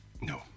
No